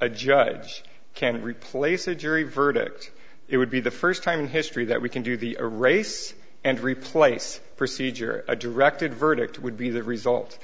a judge can't replace a jury verdict it would be the first time in history that we can do the race and replace procedure a directed verdict would be that result